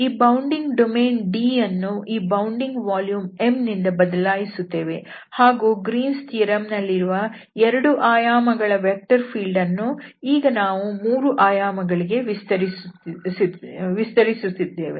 ಈ bounding domain D ಯನ್ನು ಈ ಬೌಂಡಿಂಗ್ ವಾಲ್ಯೂಮ್ M ನಿಂದ ಬದಲಾಯಿಸುತ್ತೇವೆ ಹಾಗೂ ಗ್ರೀನ್ಸ್ ಥಿಯರಂ Green's theoremನಲ್ಲಿರುವ ಎರಡು ಆಯಾಮಗಳ ವೆಕ್ಟರ್ ಫೀಲ್ಡ್ ಅನ್ನು ಈಗ ನಾವು 3 ಆಯಾಮಗಳಿಗೆ ವಿಸ್ತರಿಸುತ್ತಿದ್ದೇವೆ